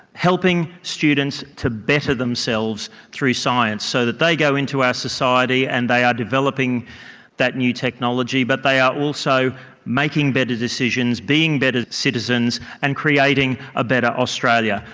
helping students to better themselves through science, so that they go into our society and they are developing that new technology but they are also making better decisions, being better citizens and creating a better australia.